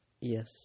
Yes